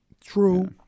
True